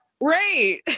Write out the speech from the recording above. right